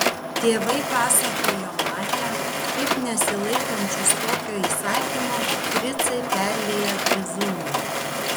tėvai pasakojo matę kaip nesilaikančius tokio įsakymo fricai perlieja bizūnu